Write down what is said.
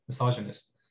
misogynist